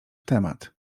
temat